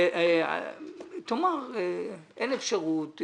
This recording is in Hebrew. תאמר שאין אפשרות,